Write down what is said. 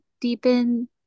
deepen